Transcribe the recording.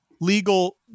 legal